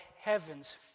heavens